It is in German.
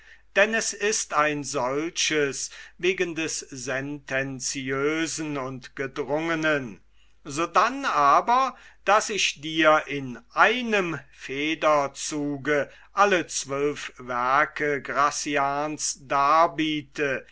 denn es ist ein solches wegen des sentenziösen und gedrungenen sodann aber daß ich dir in einem federzuge alle zwölf werke gracian's darbiete